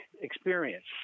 experience